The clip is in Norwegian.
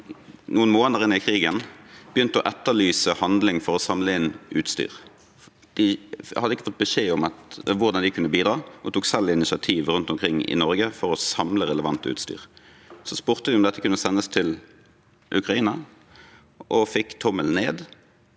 noen måneder inn i krigen å etterlyse handling for å samle inn utstyr. De hadde ikke fått beskjed om hvordan de kunne bidra, og tok selv initiativ rundt omkring i Norge for å samle relevant utstyr. Så spurte de om dette kunne sendes til Ukraina, og fikk tommelen ned.